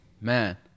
man